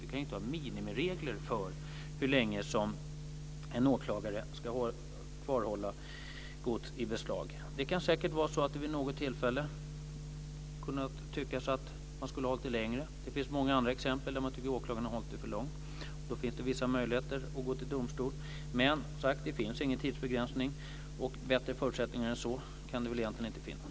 Vi kan inte ha minimiregler för hur länge en åklagare ska kvarhålla gods i beslag. Det kan säkert finnas tillfällen då man skulle kunna tycka att tiden kunde vara längre. Det finns många andra exempel där man tycker att åklagarna har hållit det kvar för lång tid. Då finns det vissa möjligheter att gå till domstol. Men det finns ingen tidsbegränsning. Bättre förutsättningar än så kan det väl egentligen inte finnas.